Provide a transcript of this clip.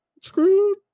Screwed